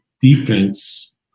defense